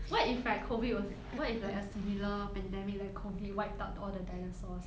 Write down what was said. what if right COVID was what if like a similar pandemic like COVID wiped out all the dinosaurs